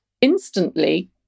instantly